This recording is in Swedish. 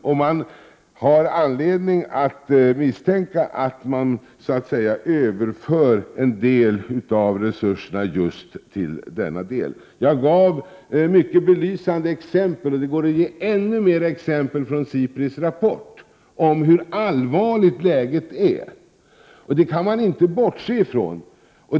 Det finns anledning att misstänka att en del av resurserna överförs till det marina området. Jag gav några mycket belysande exempel, och det går att ge ännu fler exempel från SIPRI:s rapport om hur allvarligt läget är. Det kan man inte bortse från.